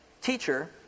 teacher